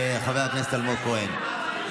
חבר הכנסת אלמוג כהן.